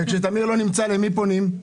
בקצרה.